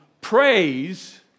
praise